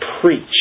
preach